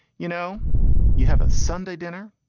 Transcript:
you know you have a sunday dinner.